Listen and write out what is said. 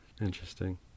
Interesting